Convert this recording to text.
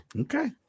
okay